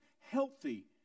Healthy